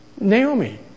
Naomi